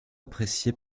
apprécié